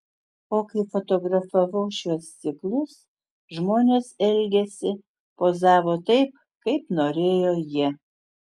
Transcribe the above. o kai fotografavau šiuos ciklus žmonės elgėsi pozavo taip kaip norėjo jie